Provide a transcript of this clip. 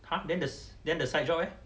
!huh! then the then the side job leh